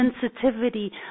sensitivity